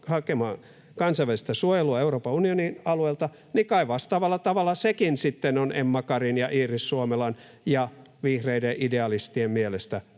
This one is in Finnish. hakemaan kansainvälistä suojelua Euroopan unionin alueelta, sekin sitten on Emma Karin ja Iiris Suomelan ja vihreiden idealistien mielestä